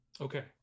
Okay